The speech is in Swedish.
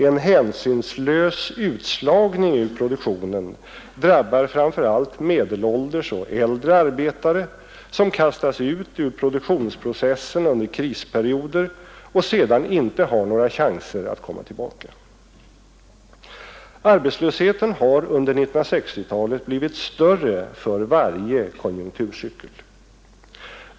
En hänsynslös utslagning ur produktionen drabbar framför allt medelålders och äldre arbetstagare, som kastas ut ur produktionsprocessen under krisperioder och sedan inte har några chanser att komma tillbaka. Arbetslösheten har under 1960-talet blivit större för varje konjunkturcykel.